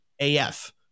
AF